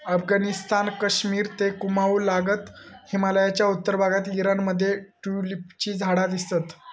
अफगणिस्तान, कश्मिर ते कुँमाउ तागत हिमलयाच्या उत्तर भागात ईराण मध्ये ट्युलिपची झाडा दिसतत